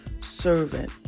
servant